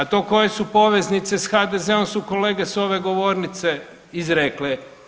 A to koje su poveznice s HDZ-om su kolege s ove govornice izrekle.